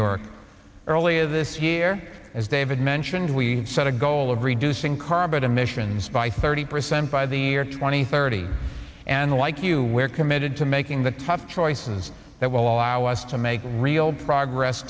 york earlier this year as david mentioned we set a goal of reducing carbon emissions by thirty percent by the year twenty thirty and like you we're committed to making the tough choices that will allow us to make real progress